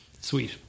sweet